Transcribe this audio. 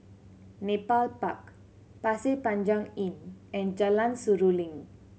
Nepal Park Pasir Panjang Inn and Jalan Seruling